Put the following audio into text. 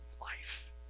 life